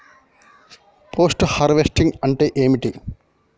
Post harvesting అంటే ఏంటిది?